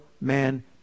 man